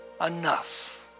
enough